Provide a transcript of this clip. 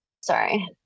Sorry